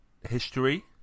history